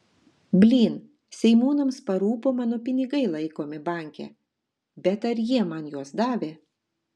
blyn seimūnams parūpo mano pinigai laikomi banke bet ar jie man juos davė